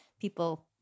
people